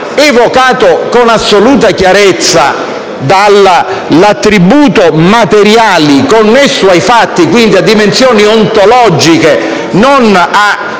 evocato con assoluta chiarezza dall'attributo «materiali», è connesso ai fatti, e quindi a dimensioni ontologiche e non a